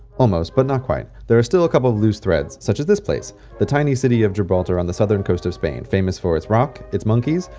almost, but not quite there are still a couple of loose threads, such as this place the tiny city of gibraltar on the southern coast of spain. famous for its rock, its monkeys,